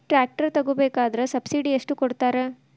Tractor ತಗೋಬೇಕಾದ್ರೆ subsidy ಎಷ್ಟು ಕೊಡ್ತಾರ?